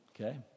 okay